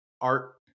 Art